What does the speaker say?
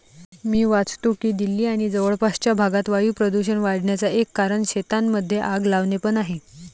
मी वाचतो की दिल्ली आणि जवळपासच्या भागात वायू प्रदूषण वाढन्याचा एक कारण शेतांमध्ये आग लावणे पण आहे